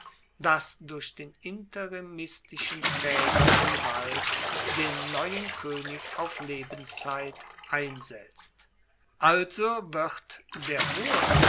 das durch den interimistischen traeger der gewalt den neuen koenig auf lebenszeit einsetzt also wird der hohe